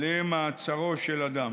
למעצרו של אדם.